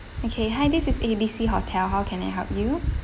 okay hi this is A_B_C hotel how can I help you